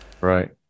right